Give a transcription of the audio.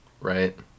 Right